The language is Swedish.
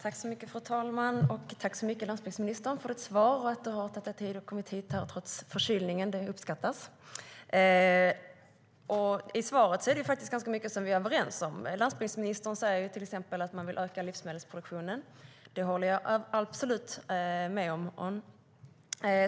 Fru talman! Tack så mycket för svaret, landsbygdsministern! I svaret står ganska mycket som vi är överens om. Landsbygdsministern säger till exempel att man vill öka livsmedelsproduktionen. Det håller jag absolut med om behövs.